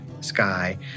sky